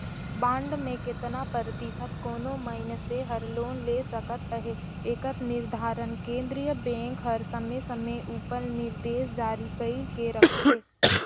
bond में केतना परतिसत कोनो मइनसे हर लोन ले सकत अहे एकर निरधारन केन्द्रीय बेंक हर समे समे उपर निरदेस जारी कइर के रखथे